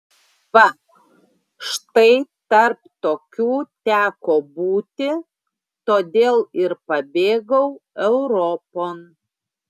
va štai tarp tokių teko būti todėl ir pabėgau europon